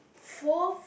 four